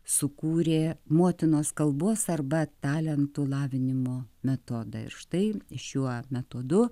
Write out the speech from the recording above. sukūrė motinos kalbos arba talentų lavinimo metodą ir štai šiuo metodu